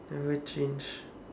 never change